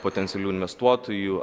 potencialių investuotojų